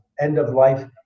end-of-life